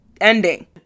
ending